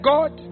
God